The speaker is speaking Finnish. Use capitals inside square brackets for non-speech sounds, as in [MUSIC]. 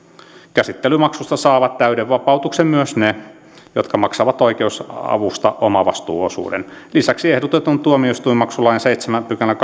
käsittelymaksusta saavat täyden vapautuksen myös ne jotka maksavat oikeusavusta omavastuuosuuden lisäksi ehdotetun tuomioistuinmaksulain seitsemännen pykälän [UNINTELLIGIBLE]